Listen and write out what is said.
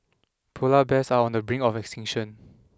polar bears are on the brink of extinction